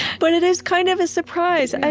but it is kind of a surprise. and